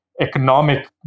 Economic